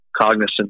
cognizant